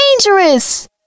dangerous